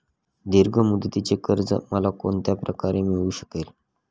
दीर्घ मुदतीचे कर्ज मला कोणत्या प्रकारे मिळू शकेल?